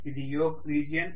ఇది yolk region